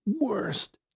worst